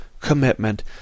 commitment